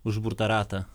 užburtą ratą